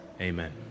amen